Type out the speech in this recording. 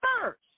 first